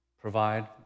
provide